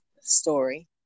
story